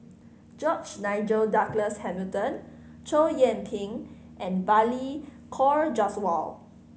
George Nigel Douglas Hamilton Chow Yian Ping and Balli Kaur Jaswal